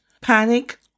Panic